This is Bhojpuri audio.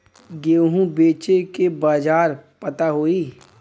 गेहूँ बेचे के बाजार पता होई?